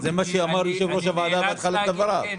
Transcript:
זה מה שאמר יושב ראש הוועדה בתחילת הישיבה.